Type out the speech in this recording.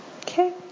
Okay